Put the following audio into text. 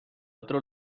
otro